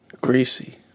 Greasy